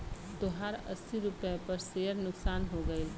तोहार अस्सी रुपैया पर सेअर नुकसान हो गइल